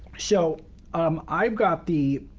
so um i've got the